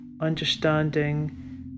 understanding